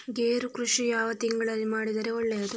ಗೇರು ಕೃಷಿ ಯಾವ ತಿಂಗಳಲ್ಲಿ ಮಾಡಿದರೆ ಒಳ್ಳೆಯದು?